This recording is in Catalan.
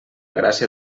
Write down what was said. gràcia